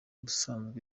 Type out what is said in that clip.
busanzwe